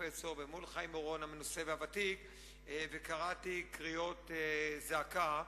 ומול חיים אורון המנוסה והוותיק וקראתי קריאות זעקה: